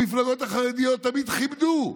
המפלגות החרדיות תמיד כיבדו,